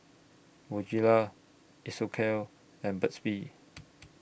Bonjela Isocal and Burt's Bee